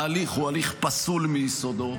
ההליך הוא הליך פסול מיסודו,